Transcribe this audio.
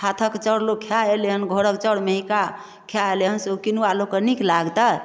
हाथक चाउर लोक खाए एलै हन घरक चाउर मेहिका खाए एलै हन से ओ किनुआ लोककेँ निक लागतै